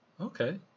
Okay